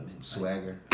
Swagger